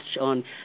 on